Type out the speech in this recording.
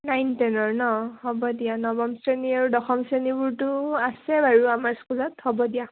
nine টেনৰ নহ্ হ'ব দিয়া নৱম শ্ৰেণী আৰু দশম শ্ৰেণীবোৰতো আছে বাৰু আমাৰ স্কুলত হ'ব দিয়া